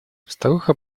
старуха